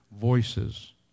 voices